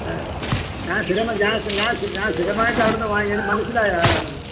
ഞാൻ സ്ഥിരമാ ഞാൻ സ്ഥി ഞാൻ ഞാൻ സ്ഥിരമായിട്ട് അവിടുന്ന് വാങ്ങിക്കുന്ന ഇത് മനസ്സിലായോ ആരാണെന്ന്